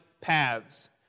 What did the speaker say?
paths